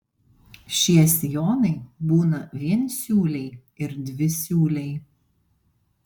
šie sijonai būna viensiūliai ir dvisiūliai